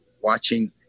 watching